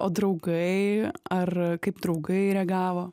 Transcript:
o draugai ar kaip draugai reagavo